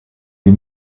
wie